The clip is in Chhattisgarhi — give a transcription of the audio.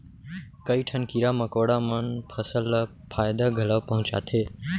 कई ठन कीरा मकोड़ा मन फसल ल फायदा घलौ पहुँचाथें